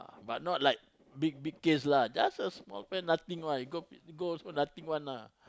but not like big big case lah just a small offence nothing one you go you go also nothing one lah